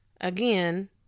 Again